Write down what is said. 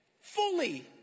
Fully